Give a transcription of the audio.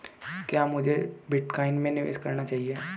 क्या मुझे बिटकॉइन में निवेश करना चाहिए?